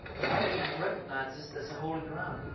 the vikings recognized this as a holy ground,